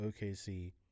OKC